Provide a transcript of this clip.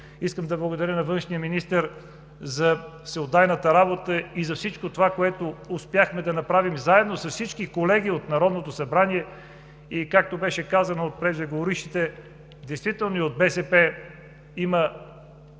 Искам да благодаря на външния министър за всеотдайната работа и за всичко това, което успяхме да направим заедно с всички колеги от Народното събрание. Както беше казано от преждеговорившите, действително и от БСП има